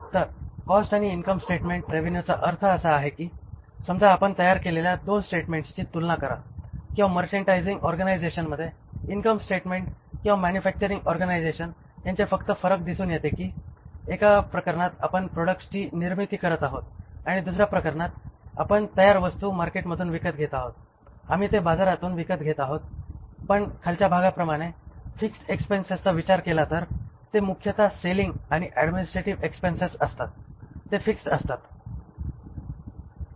तर कॉस्ट आणि income statement रेव्हेन्यूचा अर्थ असा आहे कि समजा आपण तयार केलेल्या 2 स्टेटमेंट्सची तुलना करा किंवा मर्चंडायसिंग ऑरगॅनिझशनचे इनकम स्टेटमेंट किंवा मॅन्युफॅक्चरिंग ऑर्गनायझेशन यांचे फक्त फरक दिसून येते की एका प्रकरणात आपण प्रॉडक्ट्स ची निर्मिती करत आहोत आणि दुसऱ्या प्रकरणात आपण तयार वस्तू मार्केट मधून विकत घेत आहोत आम्ही ते बाजारातून विकत घेत आहेत पण खालच्या भागाप्रमाणे फिक्स्ड एक्सपेन्सेसचा विचार केला तर जे मुख्यतः सेलिंग आणि ऍडमिनिस्ट्रेटिव्ह एक्सपेन्सेस असतात ते फिक्स्ड असतात